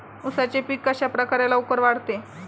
उसाचे पीक कशाप्रकारे लवकर वाढते?